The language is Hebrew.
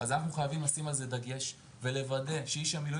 אנחנו חייבים לשים על זה דגש ולוודא שאיש המילואים